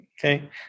Okay